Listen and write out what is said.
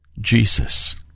Jesus